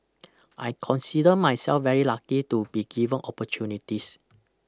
I consider myself very lucky to be given opportunities